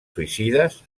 suïcides